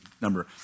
number